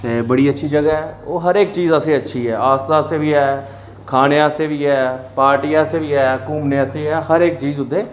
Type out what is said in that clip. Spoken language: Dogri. ते बड़ी अच्छी जगह् ऐ और हर इक चीज आस्तै अच्छी ऐ आस्था आस्तै बी ऐ खाने आस्तै बी ऐ पार्टी आस्तै बी घूमने आस्तै बी ऐ हर इक चीज उत्थै